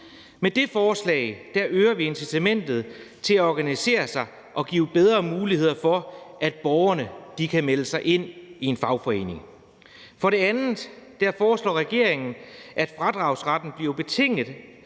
Med det forslag øger vi incitamentet til at organisere sig og giver bedre muligheder for, at borgerne kan melde sig ind i en fagforening. For det andet foreslår regeringen, at fradragsretten bliver betinget